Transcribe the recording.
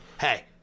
hey